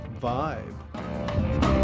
vibe